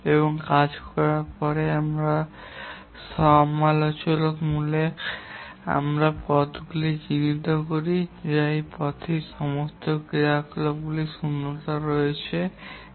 এবং কাজটি করার পরে আমরা সমালোচনামূলক পথগুলি চিহ্নিত করি যা সেই পথেই সমস্ত ক্রিয়াকলাপের শূন্যতা রয়েছে একাধিক সমালোচনামূলক পথ থাকতে পারে